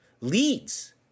leads